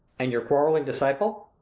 and your quarrelling disciple?